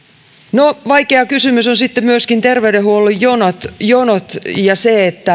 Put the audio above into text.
no vaikea kysymys ovat sitten myöskin terveydenhuollon jonot jonot ja se